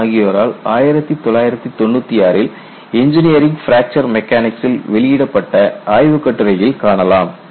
Pankhawala ஆகியோரால்1996 ல் engineering fracture மெக்கானிக்சில் வெளியிடப்பட்ட ஆய்வுக்கட்டுரையில் காணலாம்